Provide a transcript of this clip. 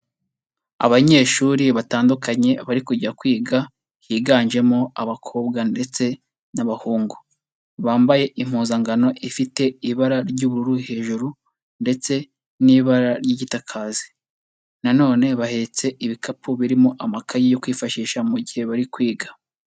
Abanyeshuri batandukanye bari kujya kwiga, higanjemo abakobwa ndetse n'abahungu, bambaye impuzangano ifite ibara ry'ubururu hejuru ndetse n'ibara ry'igitakazi na none bahetse ibikapu birimo amakaye yo kwifashisha mu gihe bari kwiga.